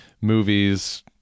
movies